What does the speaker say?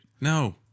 no